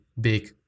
big